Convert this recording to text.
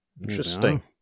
Interesting